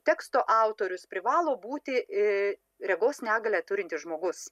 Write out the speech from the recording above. teksto autorius privalo būti regos negalią turintis žmogus